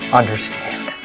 understand